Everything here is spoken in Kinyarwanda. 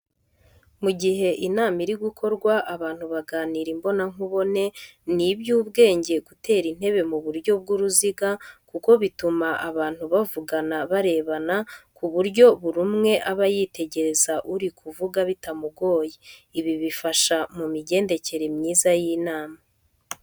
Mu gihe inama iri gukorwa abantu baganira imbona nkubone, ni iby'ubwenge gutera intebe mu buryo bw'uruziga kuko bituma abantu bavugana barebana ku buryo buri umwe aba yitegereza uri kuvuga bitamugoye. Ibi bifasha mu migendekere myiza y'inama.